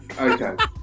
Okay